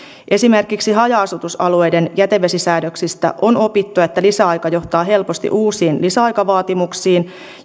esimerkiksi haja asutusalueiden jätevesisäädöksistä on opittu että lisäaika johtaa helposti uusiin lisäaikavaatimuksiin